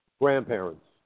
Grandparents